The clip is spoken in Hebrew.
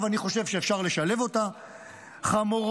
אגב,